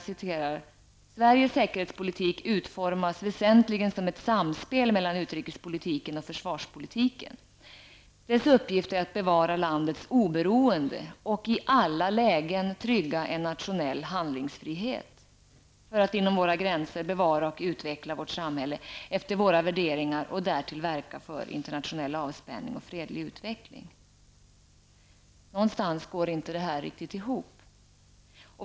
I betänkandet sägs: ''Sveriges säkerhetspolitik utformas väsentligen som ett samspel mellan utrikespolitiken och försvarspolitiken. Dess uppgift är att bevara landets oberoende och i alla lägen trygga en nationell handlingsfrihet för att inom våra gränser bevara och utveckla vårt samhälle efter våra värderingar och därtill verka för internationell avspänning och en fredlig utveckling.'' Någonstans går detta inte riktigt ihop.